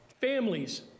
families